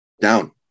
Down